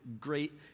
great